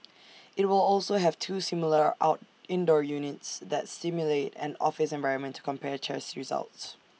IT will also have two similar out indoor units that simulate an office environment to compare tests results